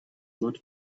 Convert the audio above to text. not